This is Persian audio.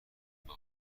دکمه